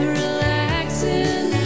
relaxing